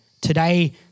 today